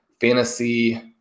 fantasy